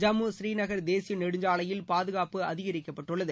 ஜம்மு ஸ்ரீநகர் தேசிய நெடுஞ்சாலையில் பாதுகாப்பு அதிகரிக்கப்பட்டுள்ளது